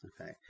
okay